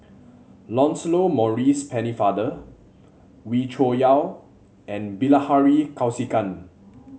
Lancelot Maurice Pennefather Wee Cho Yaw and Bilahari Kausikan